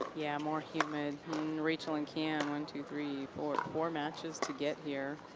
yeah more humid. and rachel and cam, one, two, three, four, four matches to get here.